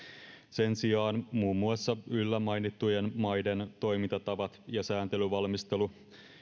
sen sijaan muun muassa yllämainittujen maiden toimintatavat ja sääntelyvalmistelu